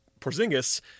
Porzingis